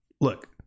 look